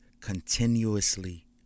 continuously